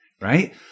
right